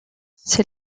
c’est